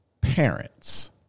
parents